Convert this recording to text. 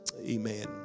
amen